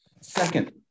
Second